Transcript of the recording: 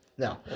Now